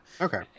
Okay